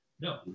No